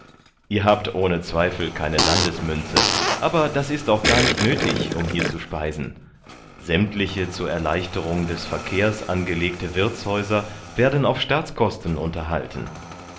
ihr habt ohne zweifel keine landesmünze aber das ist auch gar nicht nöthig um hier zu speisen sämmtliche zur erleichterung des verkehrs angelegte wirthshäuser werden auf staatskosten unterhalten